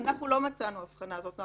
אנחנו לא מצאנו את האבחנה הזאת.